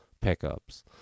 pickups